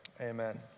Amen